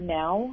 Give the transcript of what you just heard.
now